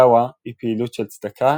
דעוה היא פעילות של צדקה,